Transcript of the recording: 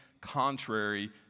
contrary